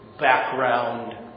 background